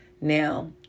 now